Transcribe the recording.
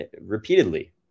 repeatedly